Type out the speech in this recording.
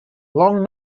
long